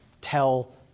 tell